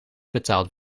betaald